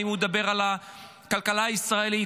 האם הוא ידבר על הכלכלה הישראלית?